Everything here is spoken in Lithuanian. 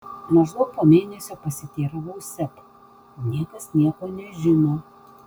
maždaug po mėnesio pasiteiravau seb niekas nieko nežino